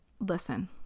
Listen